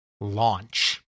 launch